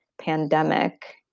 pandemic